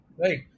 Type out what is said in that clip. right